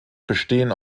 bestehen